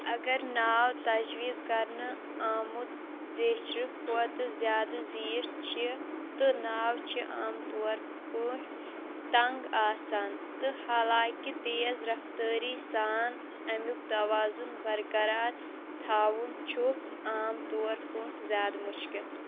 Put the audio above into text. اَگر ناو تَجویٖز کَرنہٕ آمُت زیچھرٕ کھۄتہٕ زیادٕ زیٖٹھ چھِ تہٕ ناو چھِ عام طور پٲٹھۍ تنٛگ آسان تہٕ حالانٛکہِ تیز رَفتٲری سان اَمیُک توازُن برقرار تھاوُن چھُ عام طور پٲٹھۍ زیادٕ مُشکل